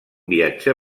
viatge